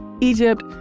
Egypt